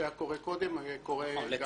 שקרה קודם קורה גם עכשיו.